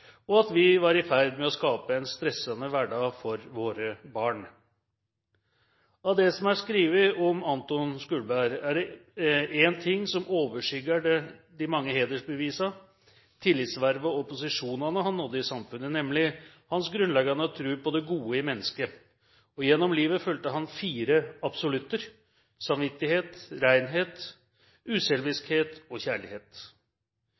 og at vi var i ferd med å skape en stressende hverdag for våre barn. Av det som er skrevet om Anton Skulberg, er det én ting som overskygger de mange hedersbevisene, tillitsvervene og posisjonene han nådde i samfunnet, nemlig hans grunnleggende tro på det gode i mennesket. Og gjennom livet fulgte han fire absolutter: samvittighet,